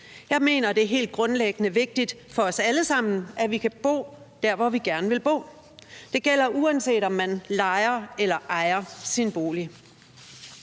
Jeg mener, det er helt grundlæggende vigtigt for os alle sammen, at vi kan bo der, hvor vi gerne vil bo, og det gælder, uanset om man lejer eller ejer sin bolig.